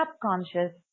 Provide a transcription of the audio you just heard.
subconscious